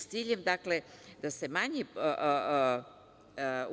S ciljem dakle, da se manji